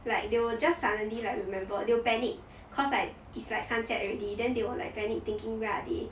like they will just suddenly like remember they will panic cause like it's like sunset already then they will like panic thinking where are they